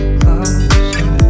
closer